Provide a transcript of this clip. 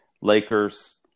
Lakers